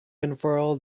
unfurled